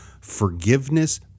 forgiveness